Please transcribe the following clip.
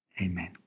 Amen